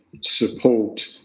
support